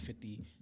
50